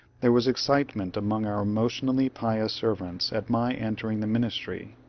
there was excitement among our emotionally pious servants at my entering the ministry.